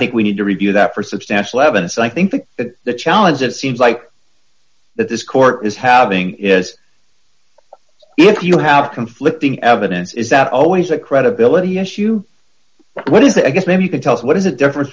think we need to review that for substantial evidence and i think the challenge that seems like that this court is having is if you have conflicting evidence is that always a credibility issue what is the i guess maybe you could tell us what is a difference